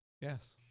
Yes